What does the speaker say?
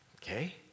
Okay